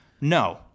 No